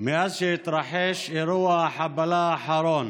מאז התרחש אירוע החבלה האחרון